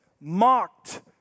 mocked